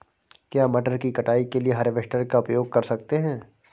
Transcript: क्या मटर की कटाई के लिए हार्वेस्टर का उपयोग कर सकते हैं?